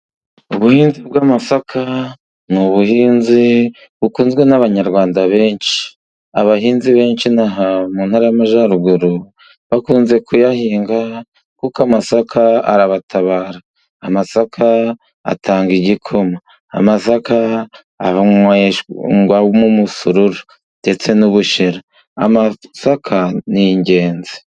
Ubuhinzi bw'amasaka ni ubuhinzi bukunzwe n'Abanyarwanda benshi. Abahinzi benshi mu Ntara y'Amajyaruguru bakunze kuyahinga, kuko amasaka arabatabara. Amasaka atanga igikoma, amasaka anyobwamo umusururu, ndetse n'ubushera, amasaka ni ingenzi.